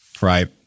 Right